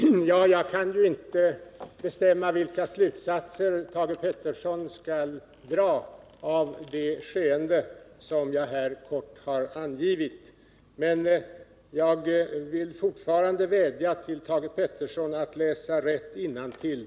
Herr talman! Jag kan ju inte bestämma vilka slutsatser Thage Peterson skall dra av det skeende jag här helt kort har angivit, men jag vill fortfarande vädja till Thage Peterson att läsa rätt innantill.